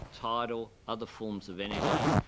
tidal, other forms of energy.